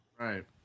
Right